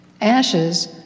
Ashes